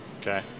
Okay